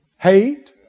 Hate